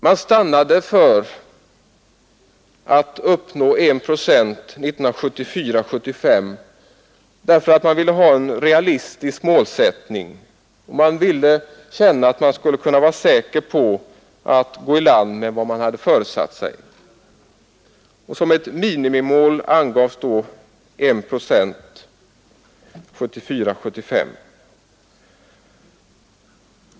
Man stannade för budgetåret 1974 75 angavs då som ett minimimål.